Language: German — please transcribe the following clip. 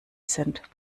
sind